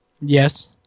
Yes